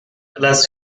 las